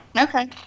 okay